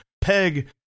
peg